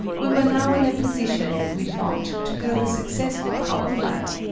we were now in a position, we thought, to build a successful power-flyer.